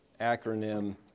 acronym